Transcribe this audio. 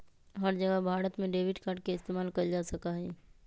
हर जगह भारत में debit card के इस्तेमाल कइल जा सका हई